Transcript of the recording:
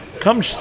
Come